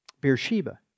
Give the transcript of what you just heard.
Beersheba